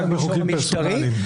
רק בחוקים פרסונליים.